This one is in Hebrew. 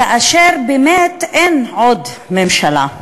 כאשר באמת עדיין אין ממשלה.